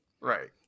Right